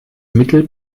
mittel